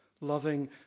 loving